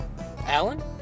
Alan